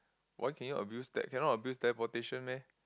why can you abuse that cannot abuse teleportation meh